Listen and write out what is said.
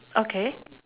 okay